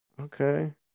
okay